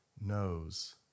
knows